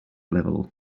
level